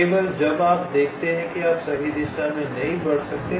केवल जब आप देखते हैं कि आप सही दिशा में नहीं बढ़ सकते हैं